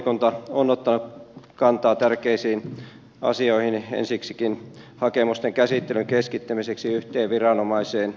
talousvaliokunta on ottanut kantaa tärkeisiin asioihin ensiksikin hakemusten käsittelyn keskittämiseen yhteen viranomaiseen